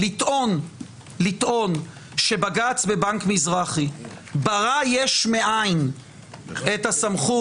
לטעון שבג"ץ בנק מזרחי ברא יש מאין את הסמכות,